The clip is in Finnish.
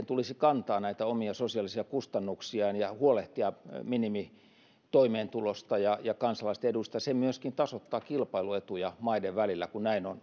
tulisi kantaa näitä omia sosiaalisia kustannuksiaan ja huolehtia minimitoimeentulosta ja ja kansalaisten edusta se myöskin tasoittaa kilpailuetuja maiden välillä kun näin on